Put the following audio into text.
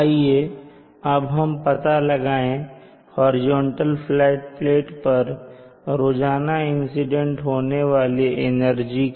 आइए अब हम पता लगाएँ हॉरिजॉन्टल फ्लैट प्लेट पर रोजाना इंसीडेंट होने वाली एनर्जी का